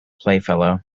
playfellow